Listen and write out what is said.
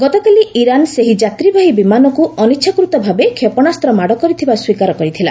ଗତକାଲି ଇରାନ ସେହି ଯାତ୍ରୀବାହୀ ବିମାନକୁ ଅନିଚ୍ଛାକୃତ ଭାବେ କ୍ଷେପଣାସ୍ତ୍ର ମାଡ଼ କରିଥିବା ସ୍ୱୀକାର କରିଥିଲା